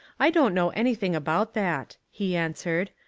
i don't know anything about that, he answered,